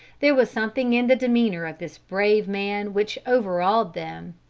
there was something in the demeanor of this brave man which overawed them.